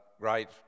great